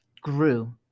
grew